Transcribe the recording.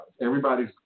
Everybody's